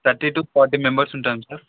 thirty two forty members ఉంటాం sir